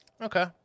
Okay